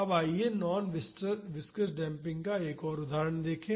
अब आइए non viscous damping का एक और उदाहरण देखें